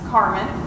Carmen